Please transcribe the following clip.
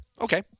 Okay